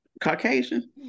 Caucasian